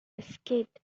escaped